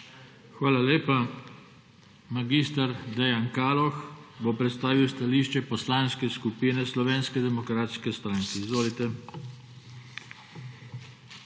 Hvala lepa. Mag. Dejan Kaloh bo predstavil stališče Poslanske skupine Slovenske demokratske stranke. Izvolite.